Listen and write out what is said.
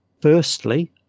Firstly